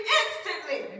instantly